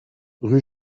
rue